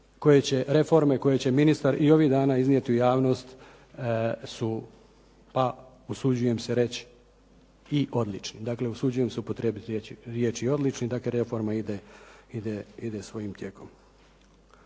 reforme koje će ministar i ovih dana iznijeti u javnost su pa usuđujem se reći i odlični. Dakle, usuđujem se upotrijebiti riječ odlični, dakle reforma ide svojim tijekom.